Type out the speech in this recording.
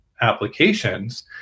applications